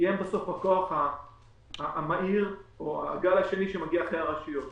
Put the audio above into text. כי הן בסוף הכוח המהיר או הגל השני שמגיע אחרי הרשויות.